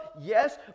Yes